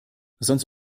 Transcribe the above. sonst